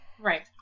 Right